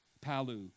Palu